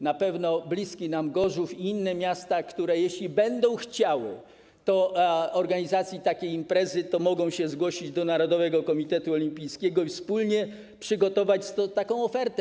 Na pewno bliski nam Gorzów i inne miasta, jeśli będą chciały organizować taką imprezę, mogą się zgłosić do narodowego komitetu olimpijskiego i wspólnie przygotować taką ofertę.